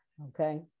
okay